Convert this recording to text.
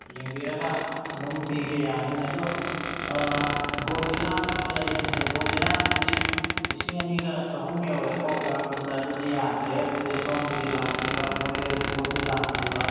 ꯌꯦꯡꯕꯤꯔꯒ ꯑꯗꯨꯝ ꯄꯤꯒꯦ ꯌꯥꯒꯅꯤ ꯑꯗꯣ ꯒꯣꯖꯤꯂꯥꯗꯨꯁꯨ ꯂꯩ ꯑꯗꯣ ꯒꯣꯖꯤꯂꯥꯗꯨꯗꯤ ꯂꯤꯁꯤꯡ ꯑꯅꯤꯒ ꯆꯍꯨꯝ ꯌꯧꯔꯦꯀꯣ ꯀꯥꯔꯇꯨꯟꯗ ꯑꯗꯨꯗꯤ ꯌꯥꯗ꯭ꯔꯦꯍꯦ ꯑꯗꯨꯗꯤ ꯁꯣꯝꯗꯒꯤ ꯂꯥꯛꯇꯦꯕ ꯃꯣꯔꯦꯗꯒꯤ ꯄꯣꯠꯇꯨ ꯂꯥꯛꯇꯦꯕ